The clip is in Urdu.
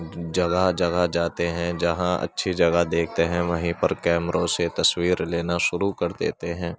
جگہ جگہ جاتے ہیں جہاں اچھی جگہ دیکھتے ہیں وہیں پر کیمروں سے تصویر لینا شروع کر دیتے ہیں